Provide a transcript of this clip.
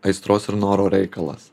aistros ir noro reikalas